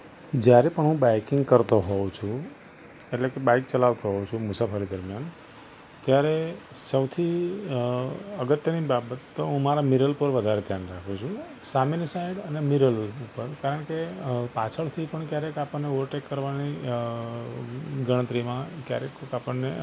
જ્યારે પણ હું બાઇકિંગ કરતો હોઉં છું એટલે કે બાઈક ચલાવતો હોઉં છું મુસાફરી દરમિયાન ત્યારે સૌથી અગત્યની બાબતો હું મારા મિરર પર વધારે ધ્યાન રાખું છું સામેની સાઈડ અને મિરર ઉપર કારણ કે પાછળથી પણ ક્યારેક આપણને ઓવરટેક કરવાની ગણતરીમાં ક્યારેક કોઈક આપણને